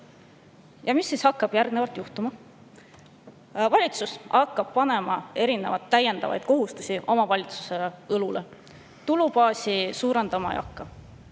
Ja mis siis hakkab järgnevalt juhtuma? Valitsus hakkab panema erinevaid täiendavaid kohustusi omavalitsuste õlule, tulubaasi suurendama ei hakka.